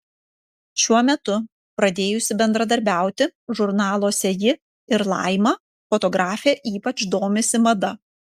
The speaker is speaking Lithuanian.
šiuo metu pradėjusi bendradarbiauti žurnaluose ji ir laima fotografė ypač domisi mada